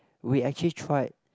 we actually tried